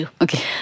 Okay